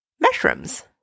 Mushrooms